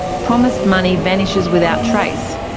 promised money vanishes without trace,